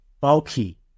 bulky